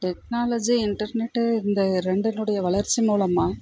technology internet இந்த ரெண்டினுடைய வளர்ச்சி மூலமாக